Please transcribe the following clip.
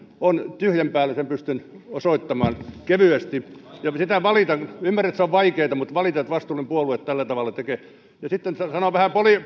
on tyhjän päällä sen pystyn osoittamaan kevyesti ja sitä valitan ymmärrän että se on vaikeata mutta valitan että vastuullinen puolue tällä tavalla tekee ja sitten sanon vähän